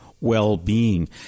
well-being